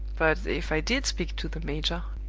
but if i did speak to the major,